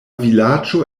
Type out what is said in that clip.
vilaĝo